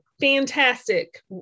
fantastic